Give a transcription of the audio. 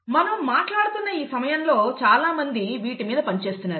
మనం మాట్లాడుతున్న ఈ సమయంలో చాలా మంది వీటి మీద పని చేస్తున్నారు